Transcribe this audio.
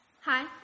Hi